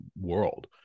world